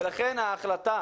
לכן ההחלטה